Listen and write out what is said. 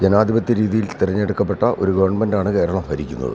ജനാധിപത്യ രീതിയിൽ തെരഞ്ഞെടുക്കപ്പെട്ട ഒരു ഗെവൺമെൻ്റാണ് കേരളം ഭരിക്കുന്നത്